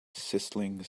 sizzling